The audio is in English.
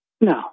No